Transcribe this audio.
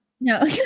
No